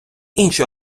інші